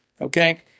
Okay